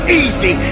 easy